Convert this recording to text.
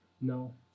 No